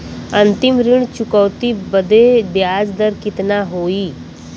अंतिम ऋण चुकौती बदे ब्याज दर कितना होई?